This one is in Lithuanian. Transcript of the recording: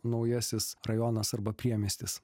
naujasis rajonas arba priemiestis